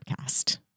podcast